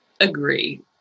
Agree